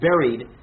buried